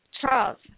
Charles